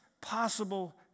possible